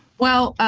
well,